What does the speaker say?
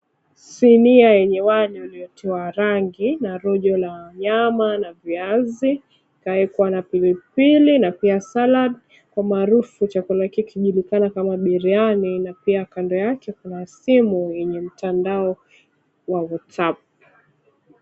Sinia yenye wali uliotiwa rangi na rojo la nyama na viazi, vikaekwa na pilipili na pia salad kwa umaarufu chakula hiki kinajulikana kama biryani na pia kando yake kuna simu yenye mtandao wa whatsapp .